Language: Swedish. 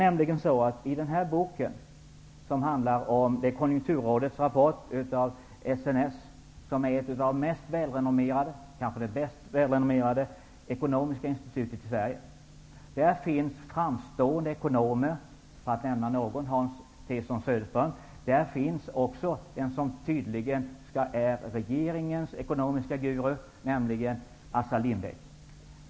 Jag har här Konjunkturrådets rapport av SNS, som är kanske det bäst välrenomerade ekonomiska institutet i Sverige. Där finns framstående ekonomer, t.ex. Hans Tson Söderström. Där finns också regeringens ekonomiska guru, nämligen Assar Lindbeck.